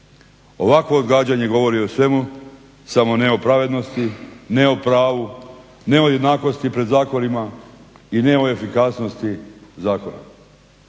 Ovakvo odgađanje govori o svemu samo ne o pravednosti, ne o pravu, ne o jednakosti pred zakonima i ne o efikasnosti zakona.